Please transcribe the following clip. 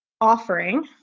offering